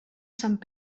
sant